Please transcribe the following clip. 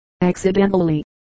accidentally